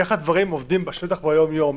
איך הדברים עובדים בשטח ביום-יום,